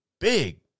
big